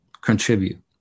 contribute